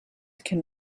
can